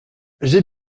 j’ai